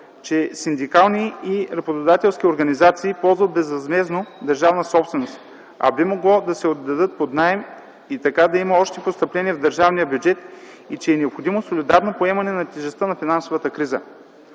че синдикални и работодателски организации ползват безвъзмездно държавна собственост, а би могло да се отдадат под наем и така да има още постъпления в държавния бюджет и че е необходимо солидарно поемане на тежестта на финансовата криза.